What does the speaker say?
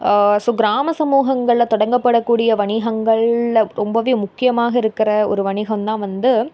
so கிராம சமூகங்களில் தொடங்கப்படக்கூடிய வணிகங்களில் ரொம்பவே முக்கியமாக இருக்கிற ஒரு வணிகோம்தான் வந்து